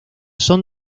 son